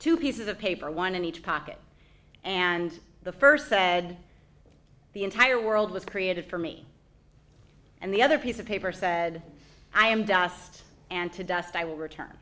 two pieces of paper one in each pocket and the first sad the entire world was created for me and the other piece of paper said i am dust and to dust i will return